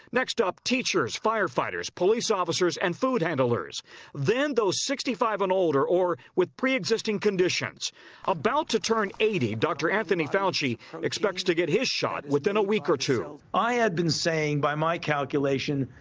next up, teachers, firefighters, police officers and food handlers then those sixty five and older or with preexisting conditions about to turn eighty, dr. anthony fauci expects to get his shot within a week or two. i had been saying by my calculation,